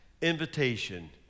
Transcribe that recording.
invitation